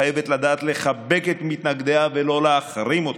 המנהיגות חייבת לדעת לחבק את מתנגדיה ולא להחרים אותם,